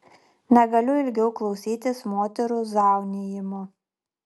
negaliu ilgiau klausytis moterų zaunijimo